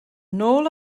nôl